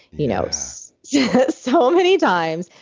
you know so yeah. so many times,